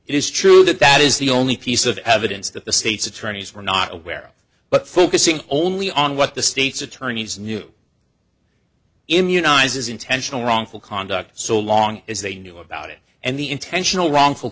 it is true that that is the only piece of evidence that the state's attorneys were not aware of but focusing only on what the state's attorneys knew immunize is intentional wrongful conduct so long as they knew about it and the intentional wrongful